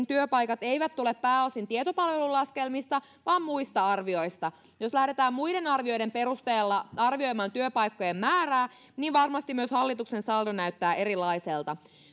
työpaikat eivät ole pääosin tietopalvelulaskelmista vaan muista arvioista jos lähdetään muiden arvioiden perusteella arvioimaan työpaikkojen määrää niin varmasti myös hallituksen saldo näyttää erilaiselta